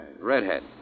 redhead